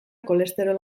kolesterol